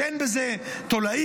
שאין בזה תולעים,